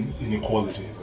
inequality